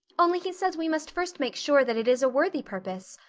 only he says we must first make sure that it is a worthy purpose.